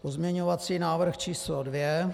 Pozměňovací návrh číslo dvě.